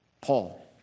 Paul